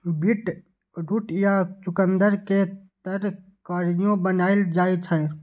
beetroot या चुकंदर के तरकारियो बनाएल जाइ छै